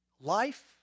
Life